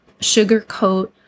sugarcoat